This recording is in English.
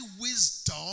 wisdom